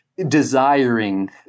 Desiring